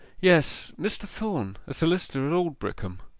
yes mr. thorn, a solicitor at aldbrickham